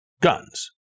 guns